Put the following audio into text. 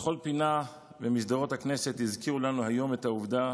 בכל פינה במסדרונות הכנסת הזכירו לנו היום את העובדה